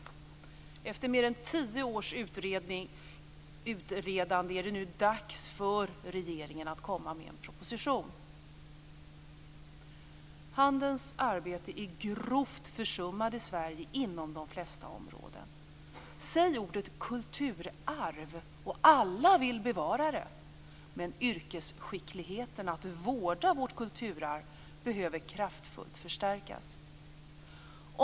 Efter mer än tio års utredande är det nu dags för regeringen att komma med en proposition. Handens arbete är grovt försummat i Sverige inom de flesta områden. Säg ordet kulturarv och alla vill bevara det. Men yrkesskickligheten att vårda vårt kulturarv behöver kraftfullt förstärkas.